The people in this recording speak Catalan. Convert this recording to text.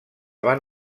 van